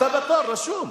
אתה בתור, רשום.